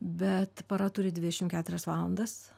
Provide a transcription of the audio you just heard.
bet para turi dvidešim keturias valandas